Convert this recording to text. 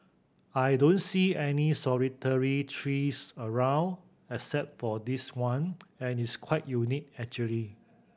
I don't see any solitary trees around except for this one and it's quite unique actually